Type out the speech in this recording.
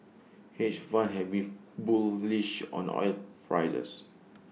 hedge funds have been bullish on oil prices